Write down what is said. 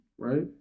Right